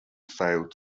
failed